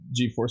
GeForce